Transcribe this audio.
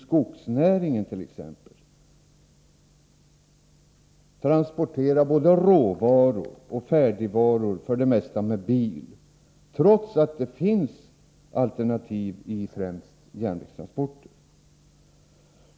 skogsnäringens transporter, både av råvaror och av färdigvaror, för det mesta sker med bil, trots att alternativ finns, främst i form av järnvägstransporter.